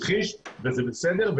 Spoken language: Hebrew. וזה בסדר,